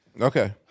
Okay